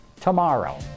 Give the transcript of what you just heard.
tomorrow